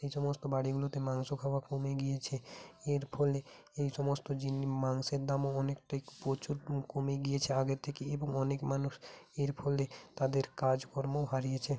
এই সমস্ত বাড়িগুলোতে মাংস খাওয়া কমে গিয়েছে এর ফলে এই সমস্ত জিনিস মাংসের দামও অনেকটাই প্রচুর কমে গিয়েছে আগের থেকে এবং অনেক মানুষ এর ফলে তাদের কাজকর্মও হারিয়েছে